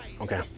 Okay